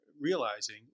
realizing